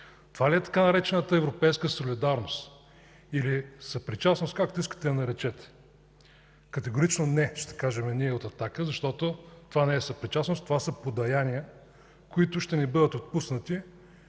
Това ли е така наречената „европейска солидарност” или „съпричастност”, както искате я наречете? Категорично „не” ще кажем от „Атака”, защото това не е съпричастност, това са подаяния, подхвърлени финансови